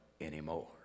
anymore